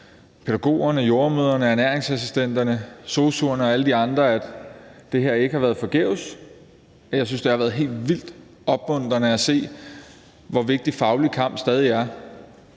pædagogerne, jordemødrene, ernæringsassistenterne, sosu'er og alle de andre, at det her ikke har været forgæves. Jeg synes, det har været helt vildt opmuntrende at se, hvor vigtig faglig kamp stadig er,